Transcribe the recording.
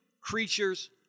creatures